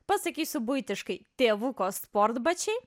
pasakysiu buitiškai tėvuko sportbačiai